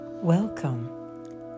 Welcome